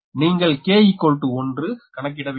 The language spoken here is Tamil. நீங்கள் k1 கணக்கிட வேண்டும்